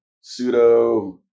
pseudo